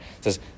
says